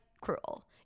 cruel